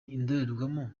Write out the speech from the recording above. indorerwamo